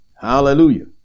hallelujah